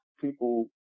people